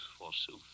forsooth